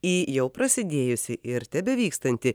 į jau prasidėjusį ir tebevykstantį